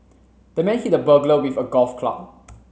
the man hit the burglar with a golf club